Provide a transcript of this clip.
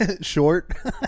Short